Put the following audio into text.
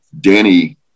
Danny